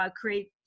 create